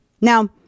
Now